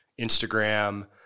Instagram